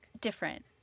Different